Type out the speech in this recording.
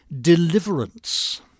Deliverance